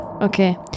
Okay